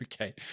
okay